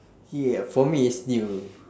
yeah for me it's new